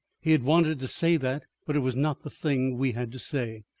he had wanted to say that, but it was not the thing we had to say.